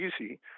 easy